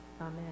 Amen